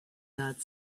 yard